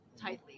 tightly